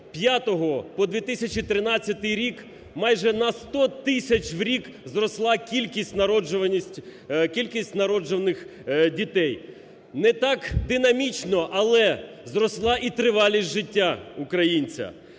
з 2005 по 2013 рік майже на 100 тисяч в рік зросла кількість народжених дітей. Не так динамічно, але зросла і тривалість життя українця.